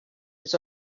his